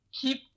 keep